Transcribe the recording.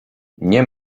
nie